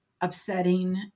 upsetting